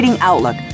Outlook